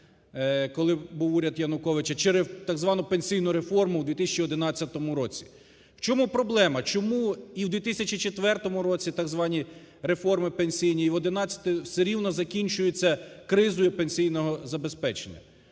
коли був уряд Януковича, через так звану пенсійну реформу у 2011 році. В чому проблема? Чому і в 2004 році так звані реформи пенсійні, і в 2011 все рівно закінчуються кризою пенсійного забезпечення?